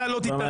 אתה לא תתערב,